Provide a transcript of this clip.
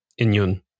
Inyun